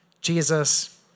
Jesus